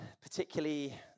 particularly